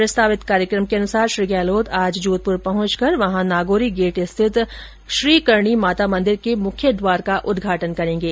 प्रस्तावित कार्यक्रम के अनुसार श्री गहलोत आज दोपहर में जोधपुर पहुंचेंगे और वहां नागौरी गेट स्थित श्री करणी माता मंदिर के मुख्य द्वार का उद्घाटन करेंगे